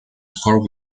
score